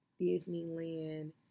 Disneyland